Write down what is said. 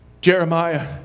Jeremiah